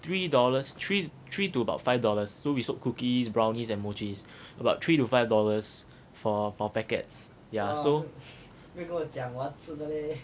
three dollars three three to about five dollars so we sold cookies brownies and mochis about three to five dollars for per packets yeah so